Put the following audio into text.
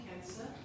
cancer